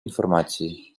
інформації